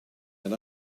and